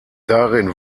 darin